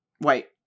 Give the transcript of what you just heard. wait